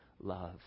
love